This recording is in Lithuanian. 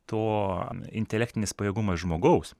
tuo intelektinis pajėgumas žmogaus